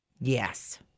yes